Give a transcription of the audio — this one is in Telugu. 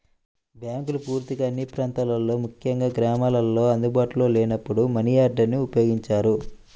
బ్యాంకులు పూర్తిగా అన్ని ప్రాంతాల్లో ముఖ్యంగా గ్రామాల్లో అందుబాటులో లేనప్పుడు మనియార్డర్ని ఉపయోగించారు